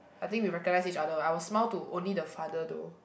I think we recognise each other I will smile to only the father though